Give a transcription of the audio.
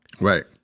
Right